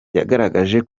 yagaragaje